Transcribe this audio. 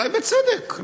אולי בצדק,